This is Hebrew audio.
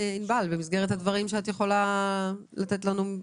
ענבל, במסגרת הדיווחים שאת יכולה לתת לנו.